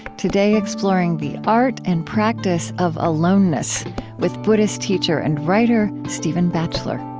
today exploring the art and practice of aloneness with buddhist teacher and writer stephen batchelor